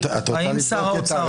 את רוצה לבדוק את הנוסח?